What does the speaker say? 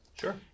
Sure